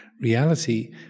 reality